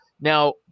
Now